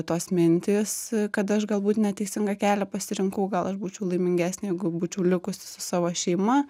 tos mintys kad aš galbūt neteisingą kelią pasirinkau gal aš būčiau laimingesnė jeigu būčiau likusi su savo šeima